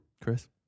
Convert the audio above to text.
Chris